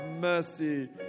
mercy